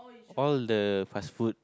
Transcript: all the fast food